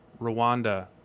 Rwanda